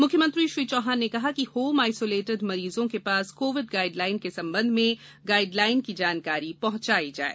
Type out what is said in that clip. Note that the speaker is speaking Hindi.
मुख्यमंत्री श्री चौहान ने कहा कि होम आइसोलेटेड मरीजों के पास कोविड गाइड लाइन के संबंध में गाइड लाइन की जानकारी पहंचाई जाए